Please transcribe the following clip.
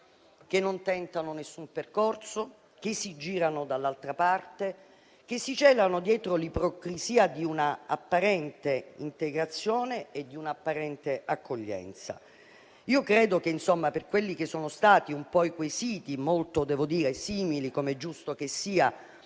che non tentano nessun percorso, che si girano dall'altra parte, che si celano dietro l'ipocrisia di una apparente integrazione e di un'apparente accoglienza. Ai quesiti, devo dire molto simili - come è giusto che sia